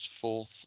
fourth